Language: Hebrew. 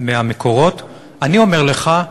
מהמקורות אני אומר לך,